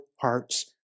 heart's